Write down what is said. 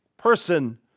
person